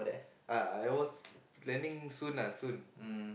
uh I was planning soon ah